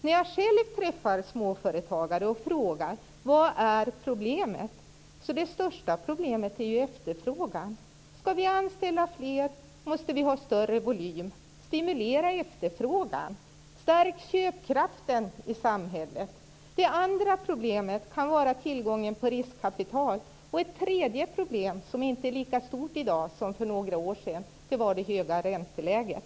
När jag själv träffar småföretagare och frågar: Vad är problemet? svarar de att det största problemet är efterfrågan. Skall vi anställa fler måste vi ha större volym. Stimulera efterfrågan! Stärk köpkraften i samhället! säger de. Det andra problemet kan vara tillgången till riskkapital. Det tredje problemet, som inte är lika stort i dag som för några år sedan, är det höga ränteläget.